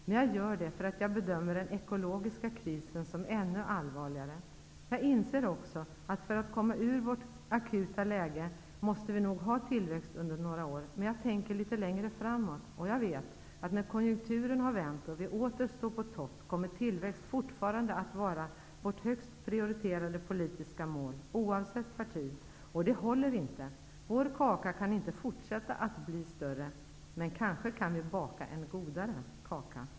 Men jag gör det för att jag bedömer den ekologiska krisen som ännu allvarligare. Jag inser också att för att komma ur vårt akuta läge, måste vi nog ha tillväxt under några år. Men jag tänker litet längre framåt, och jag vet att när konjunkturen har vänt och vi åter står på topp kommer tillväxt fortfarande att vara vårt högst prioriterade politiska mål, oavsett partitillhörighet. Det håller inte! Vår kaka kan inte fortsätta att bli större. Men kanske kan vi baka en godare kaka.